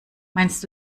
meinst